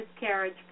miscarriage